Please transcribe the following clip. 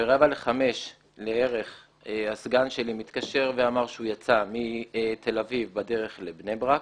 ב-16:45 לערך הסגן שלי התקשר ואמר שהוא יצא מתל אביב בדרך לבני ברק,